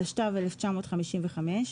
התשט"ו-1955; (4)